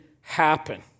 happen